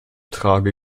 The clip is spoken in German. trage